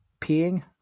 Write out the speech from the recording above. peeing